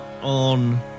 on